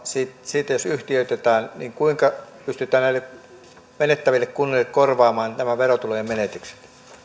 sitten jos yhtiöitetään niin kuinka pystytään näille menettäville kunnille korvaamaan nämä verotulojen menetykset